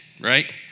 right